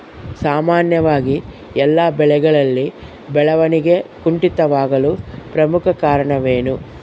ಸಾಮಾನ್ಯವಾಗಿ ಎಲ್ಲ ಬೆಳೆಗಳಲ್ಲಿ ಬೆಳವಣಿಗೆ ಕುಂಠಿತವಾಗಲು ಪ್ರಮುಖ ಕಾರಣವೇನು?